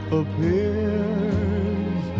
appears